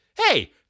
Hey